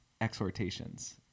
exhortations